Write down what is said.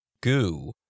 goo